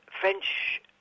French